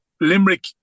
Limerick